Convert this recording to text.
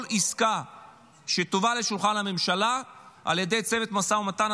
כל עסקה שתובא לשולחן הממשלה על ידי צוות משא ומתן,